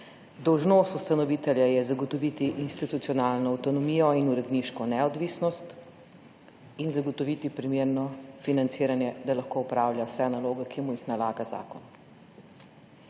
Dolžnost ustanovitelja je zagotoviti institucionalno avtonomijo in uredniško neodvisnost in zagotoviti primerno financiranje, da lahko opravlja vse naloge, ki mu jih nalaga zakon.